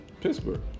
Pittsburgh